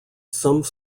some